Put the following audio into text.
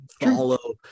follow